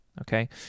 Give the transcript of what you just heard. Okay